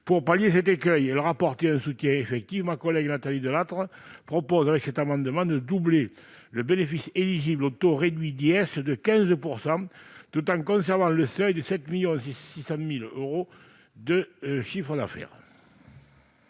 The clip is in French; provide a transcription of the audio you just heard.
Pour pallier cet écueil et apporter un soutien effectif à ces dernières, ma collègue Nathalie Delattre propose de doubler le bénéfice éligible au taux réduit d'IS de 15 %, tout en conservant le seuil de 7,6 millions d'euros de chiffre d'affaires.